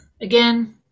again